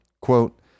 Quote